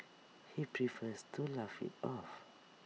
he prefers to laugh IT off